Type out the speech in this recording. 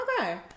okay